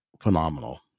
phenomenal